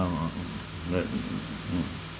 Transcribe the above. uh that mm